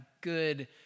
good